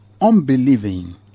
unbelieving